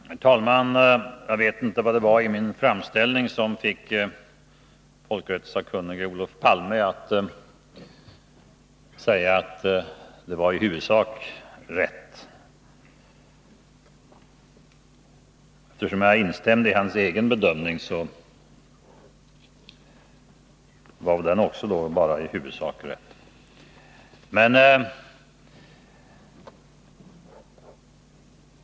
Herr talman! Jag vet inte vad det var i min framställning som fick den folkrättssakkunnige Olof Palme att säga att det var i huvudsak rätt. Eftersom jag instämde i hans egen bedömning var väl också den då bara ”i huvudsak rätt”.